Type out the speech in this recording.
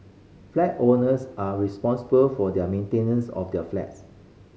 flat owners are responsible for their maintenance of their flats